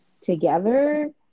together